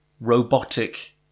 robotic